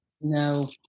No